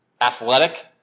athletic